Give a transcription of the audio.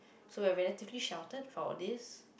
so when whether take it shoulder for this